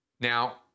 Now